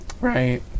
Right